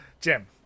Jim